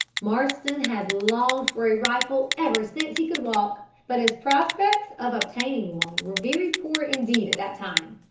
marston had longed for a rifle ever since he could walk, but his prospects of obtaining one were very poor indeed at that time,